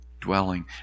dwelling